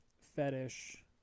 fetish